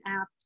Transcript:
app